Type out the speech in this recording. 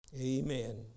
Amen